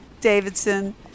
Davidson